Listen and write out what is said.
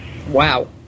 Wow